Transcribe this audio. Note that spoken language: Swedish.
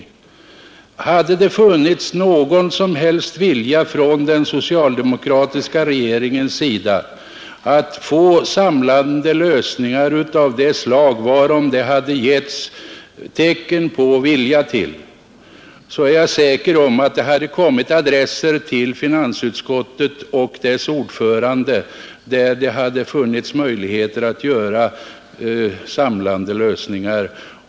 Hade det funnits någon som helst vilja från den socialdemokratiska regeringens sida att få till stånd samlande lösningar, är jag säker på att det hade framställts förslag till finansutskottet och dess ordförande som inneburit möjligheter till sådana lösningar.